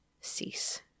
cease